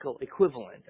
equivalent